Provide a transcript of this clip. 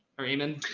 or amen.